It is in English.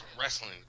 wrestling